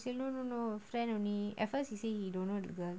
he said no no friend only at first he say he don't know girl